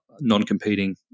non-competing